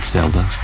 Zelda